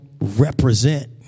represent